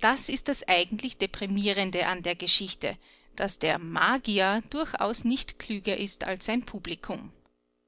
das ist das eigentlich deprimierende an der geschichte daß der magier durchaus nicht klüger ist als sein publikum